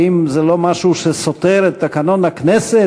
ואם זה לא משהו שסותר את תקנון הכנסת,